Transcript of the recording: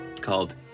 called